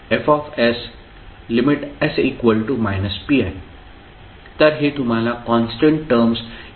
kispiFs।s pi तर हे तुम्हाला कॉन्स्टंट टर्म्स ki ची व्हॅल्यू देईल